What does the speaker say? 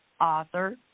author